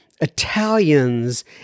Italians